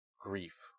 grief